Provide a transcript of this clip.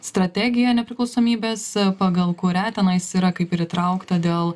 strategija nepriklausomybės pagal kurią tenais yra kaip ir įtraukta dėl